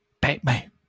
Batman